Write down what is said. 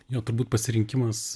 jo turbūt pasirinkimas